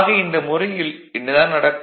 ஆக இந்த முறையில் என்ன தான் நடக்கும்